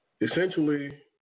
essentially